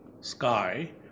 Sky